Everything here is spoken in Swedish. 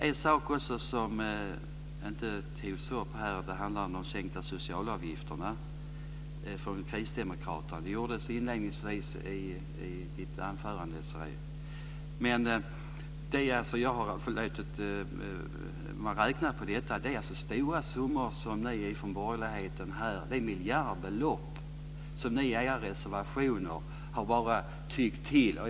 Det är en sak som inte togs upp här, nämligen förslag från kristdemokraterna om sänkta socialavgifter. Desirée Pethrus Engström hade med frågan i sitt anförande. Om man räknar på detta är det alltså miljardbelopp som ni från borgerligheten i era reservationer bara har tyckt till om.